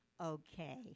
Okay